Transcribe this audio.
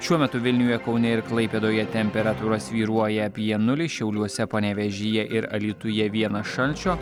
šiuo metu vilniuje kaune ir klaipėdoje temperatūra svyruoja apie nulį šiauliuose panevėžyje ir alytuje vienas šalčio